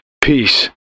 Peace